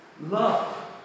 Love